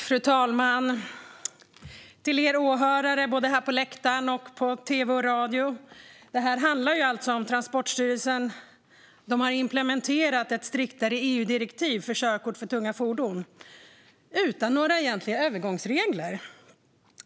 Fru talman! Till er åhörare, både här på läktaren och i tv och radio, vill jag säga att detta handlar om att Transportstyrelsen har implementerat ett striktare EU-direktiv för körkort för tunga fordon utan några egentliga övergångsregler.